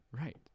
Right